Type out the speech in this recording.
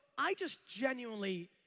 i just genuinely,